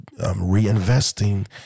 reinvesting